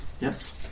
Yes